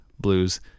blues